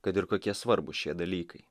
kad ir kokie svarbūs šie dalykai